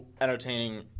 entertaining